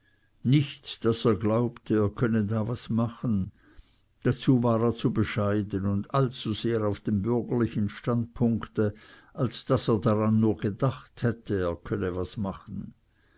nicht daß er glaubte er könne da was machen dazu war er zu bescheiden und allzu sehr auf dem bürgerlichen standpunkte als daß er daran nur gedacht hätte er könne was machen